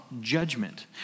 judgment